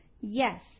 yes